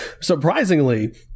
surprisingly